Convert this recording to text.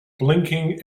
blinking